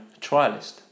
trialist